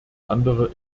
andere